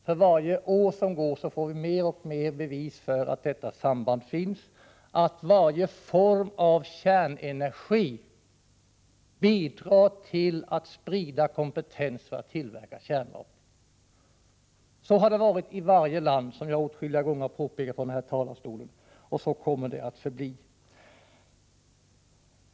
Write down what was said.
För varje år som går får vi mera bevis för att detta samband finns — att varje form av kärnenergi bidrar till att sprida kompetens för att tillverka kärnvapen. Så har det varit i varje land, vilket jag åtskilliga gånger har påpekat från den här talarstolen, och så kommer det att förbli.